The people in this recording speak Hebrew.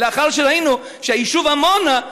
לאחר שראינו שהיישוב עמונה,